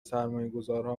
سرمایهگذارها